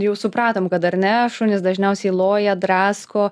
jau supratom kad dar ne šunys dažniausiai loja drasko